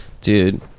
dude